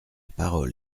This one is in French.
parole